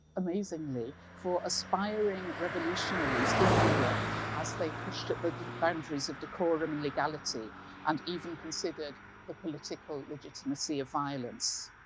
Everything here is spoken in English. amazingly, for aspiring revolutionaries in europe as they pushed at the the boundaries of decorum and legality and even considered the political legitimacy of violence.